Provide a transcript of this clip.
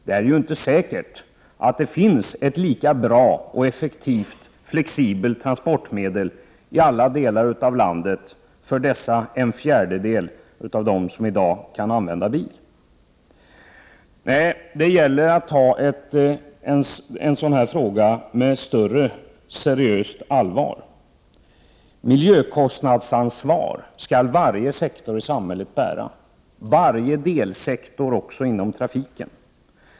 Det är inte säkert att det finns ett lika bra och effektivt flexibelt transportmedel i alla delar av landet för denna fjärdedel av dem som i dag kan använda bil. Nej, det gäller att ta en sådan här fråga på större allvar. Miljökostnadsansvar skall varje sektor i samhället bära, också varje delsektor inom trafiken.